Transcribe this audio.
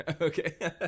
Okay